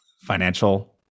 financial